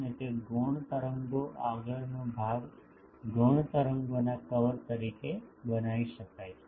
અને તે ગૌણ તરંગો આગળનો ભાગ ગૌણ તરંગોના કવર તરીકે બનાવી શકાય છે